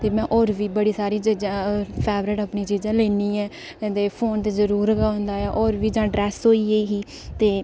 ते में होर बी बड़ी सारी चीजां मतलब फेवरेट अपनी चीजां लेन्नी आं ते फोन ते जरूर गै होंदा ऐ होर बी जां ड्रैस होई गेई ते